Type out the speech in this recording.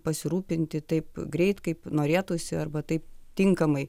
pasirūpinti taip greit kaip norėtųsi arba taip tinkamai